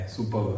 Super